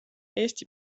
eesti